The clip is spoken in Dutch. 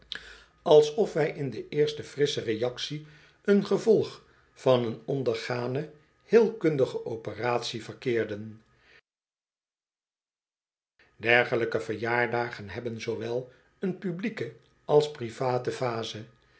alsof wij in de eerste frissche reactie een gevolg van een ondergane heelkundige operatie verkeerden dergelijke verjaardagen hebben zoowel een publieke als private phase